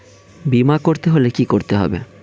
বিমা করতে হলে কি করতে হবে?